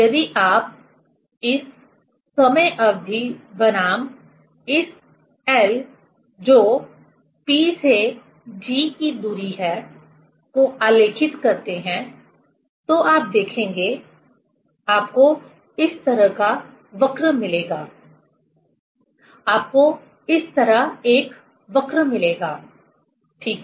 यदि आप इस समय अवधि बनाम इस lजो P से G की दूरी है को आलेखित करते हैं तो आप देखेंगे आपको इस तरह एक वक्र मिलेगा आपको इस तरह एक वक्र मिलेगा ठीक है